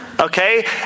Okay